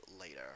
later